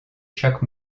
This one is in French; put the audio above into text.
chaque